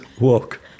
walk